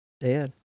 Dad